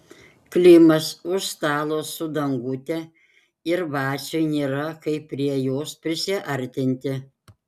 klimas už stalo su dangute ir vaciui nėra kaip prie jos prisiartinti